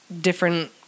different